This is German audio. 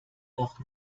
noch